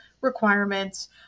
requirements